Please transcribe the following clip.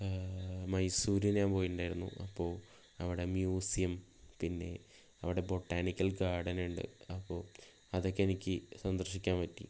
മൈസൂർ ഞാൻ പോയിട്ടുണ്ടായിരുന്നു അപ്പോൾ അവിടെ മ്യൂസിയം പിന്നെ അവിടെ ബോട്ടാണിക്കൽ ഗാർഡൻ ഉണ്ട് അപ്പോൾ അതൊക്കെ എനിക്ക് സന്ദർശിക്കാൻ പറ്റി